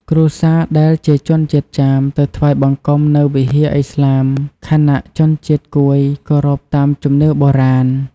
គ្រួសារដែលជាជនជាតិចាមទៅថ្វាយបង្គំនៅវិហារអ៊ីស្លាម ខណៈជនជាតិកួយគោរពតាមជំនឿបុរាណ។